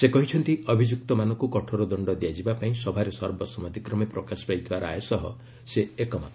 ସେ କହିଛନ୍ତି ଅଭିଯୁକ୍ତମାନଙ୍କୁ କଠୋର ଦଣ୍ଡ ଦିଆଯିବା ପାଇଁ ସଭାରେ ସର୍ବସମ୍ମତିକ୍ରମେ ପ୍ରକାଶ ପାଇଥିବା ରାୟ ସହ ସେ ଏକମତ